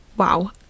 Wow